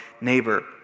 neighbor